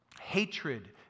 hatred